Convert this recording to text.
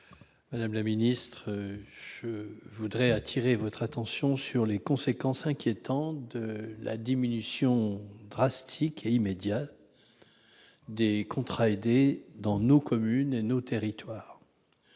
Madame la secrétaire d'État, je veux attirer votre attention sur les conséquences inquiétantes de la diminution drastique et immédiate du nombre de contrats aidés dans nos communes et nos territoires.